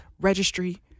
registry